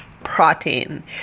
Protein